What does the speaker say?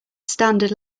standard